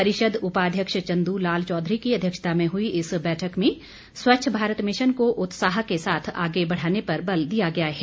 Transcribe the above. परिषद उपाध्यक्ष चंदू लाल चौधरी की अध्यक्षता में हुई इस बैठक में स्वच्छ भारत मिशन को उत्साह के साथ आगे बढ़ाने पर बल दिया गया है